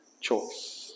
choice